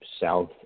south